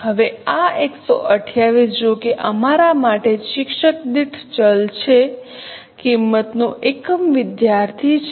હવે આ 128 જોકે અમારા માટે શિક્ષક દીઠ ચલ છે કિંમત નું એકમ વિદ્યાર્થી છે